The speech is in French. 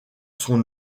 son